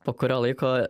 po kurio laiko